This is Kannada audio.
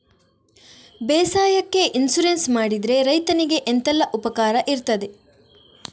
ಬೇಸಾಯಕ್ಕೆ ಇನ್ಸೂರೆನ್ಸ್ ಮಾಡಿದ್ರೆ ರೈತನಿಗೆ ಎಂತೆಲ್ಲ ಉಪಕಾರ ಇರ್ತದೆ?